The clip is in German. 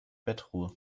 bettruhe